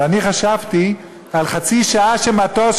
אבל אני חשבתי על חצי שעה של מטוס,